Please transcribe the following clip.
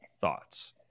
thoughts